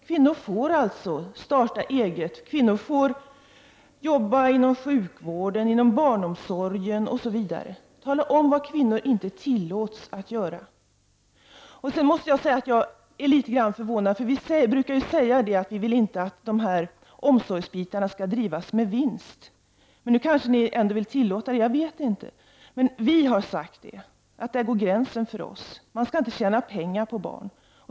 Kvinnor får starta eget, jobba inom sjukvård, inom barnomsorg, osv. Tala om vad kvinnor inte tillåts göra! Jag måste säga att jag är litet förvånad. Vi brukar ju säga att omsorg inom olika områden inte skall drivas med vinst. Men nu kanske ni ändå vill tillåta det. Jag vet inte. Men vi socialdemokrater har sagt att gränsen går där för oss. Man skall inte tjäna pengar på barn.